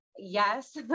yes